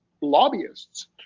lobbyists